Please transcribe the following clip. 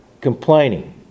complaining